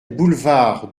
boulevard